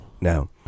No